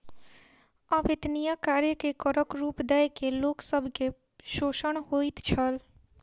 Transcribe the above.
अवेत्निया कार्य के करक रूप दय के लोक सब के शोषण होइत छल